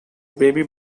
baby